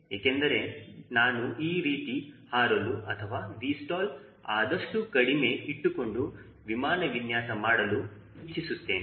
ಏಕೆಂದರೆ ನಾನು ಈ ರೀತಿ ಹಾರಲು ಅಥವಾ Vstall ಆದಷ್ಟು ಕಡಿಮೆ ಇಟ್ಟುಕೊಂಡು ವಿಮಾನ ವಿನ್ಯಾಸ ಮಾಡಲು ಇಚ್ಚಿಸುತ್ತೇನೆ